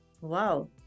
Wow